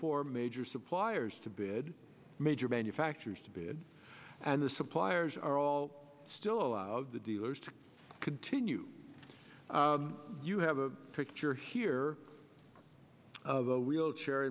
four major suppliers to bid major manufacturers to bid and the suppliers are all still allowed the dealers to continue you have a picture here of the wheelchair